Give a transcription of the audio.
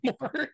more